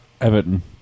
Everton